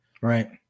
Right